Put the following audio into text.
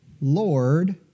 Lord